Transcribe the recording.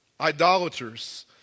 idolaters